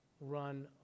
run